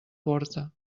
porta